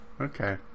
okay